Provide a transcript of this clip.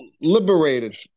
liberated